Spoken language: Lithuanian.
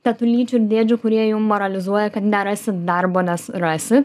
tetulyčių ir dėdžių kurie jum moralizuoja kad nerasi darbo nes rasi